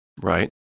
right